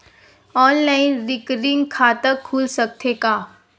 Online recurring खाता खुल सकथे का?